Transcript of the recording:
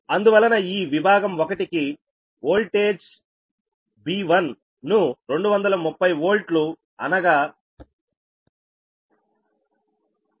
అందువలన ఈ విభాగం 1 కి B1 ను 230 V అనగా 0